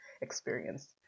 experience